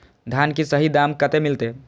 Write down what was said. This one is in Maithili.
धान की सही दाम कते मिलते?